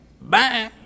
Bye